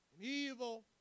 evil